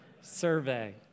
survey